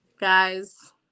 guys